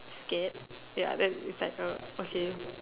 scared ya that is like a okay